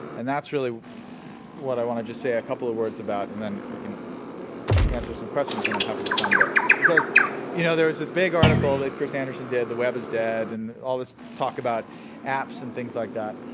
and that's really what i wanna just say a couple of words about, then we can answer some questions and i'm happy to sign books because you know there's this big article that chris anderson did, the web is dead, and all this talk about apps and things like that.